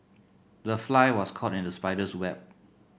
the fly was caught in the spider's web